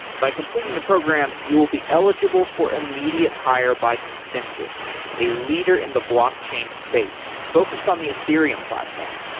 by completing the program, you will be eligible for immediate hire by consensus a leader in the block chain space focused on the ethereum platform.